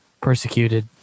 persecuted